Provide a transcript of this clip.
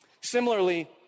Similarly